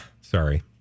sorry